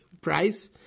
price